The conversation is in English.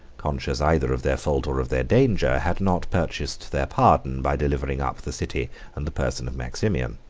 conscious either of their fault or of their danger, had not purchased their pardon by delivering up the city and the person of maximian.